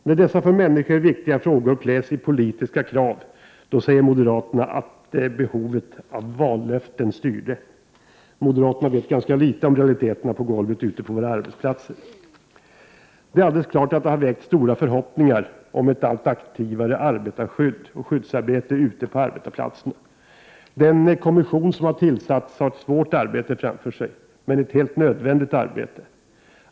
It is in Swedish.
När dessa för människor viktiga frågor kläs i politiska krav säger moderaterna att behovet av vallöften styrde. Moderaterna vet ganska litet om realiteterna på golvet ute på våra arbetsplatser. Det är alldeles klart att det har väckts stora förhoppningar om ett allt aktivare skyddsarbete ute på arbetsplatserna. Den kommission som tillsatts har ett svårt arbete framför sig, men ett helt nödvändigt arbete.